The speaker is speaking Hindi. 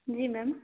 जी मैम